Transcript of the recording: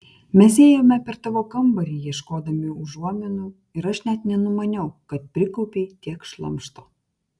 mes ėjome per tavo kambarį ieškodami užuominų ir aš net nenumaniau kad prikaupei tiek šlamšto